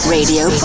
Radio